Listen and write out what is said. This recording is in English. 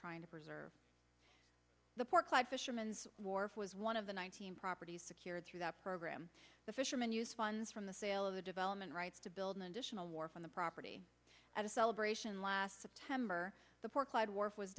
trying to preserve the port clyde fisherman's wharf was one of the nineteen properties secured through the program the fishermen use funds from the sale of the development rights to build an additional wharf on the property at a celebration last september the